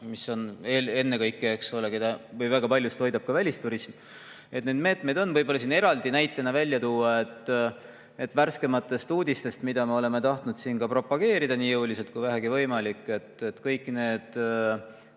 üksnes Tallinna ja Tartut, keda väga palju toidab ka välisturism. Neid meetmeid on. Võib-olla [võib] eraldi näitena välja tuua värskematest uudistest, mida me oleme tahtnud siin ka propageerida nii jõuliselt kui vähegi võimalik, kõik need